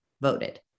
voted